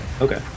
Okay